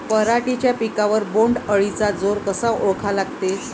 पराटीच्या पिकावर बोण्ड अळीचा जोर कसा ओळखा लागते?